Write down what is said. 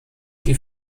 die